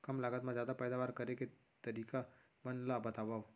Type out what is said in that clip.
कम लागत मा जादा पैदावार करे के तरीका मन ला बतावव?